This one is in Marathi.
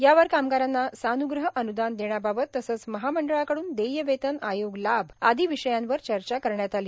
यावर कामगारांना सान्ग्रह अन्दान देण्याबाबत तसेच महामंडळाकडून देय वेतन आयोग लाभ आदी विषयांवर चर्चा करण्यात आली